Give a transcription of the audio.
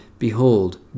Behold